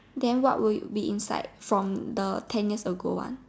then what will be inside from the ten years ago one